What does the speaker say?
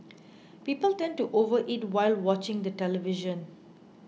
people tend to overeat while watching the television